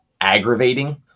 aggravating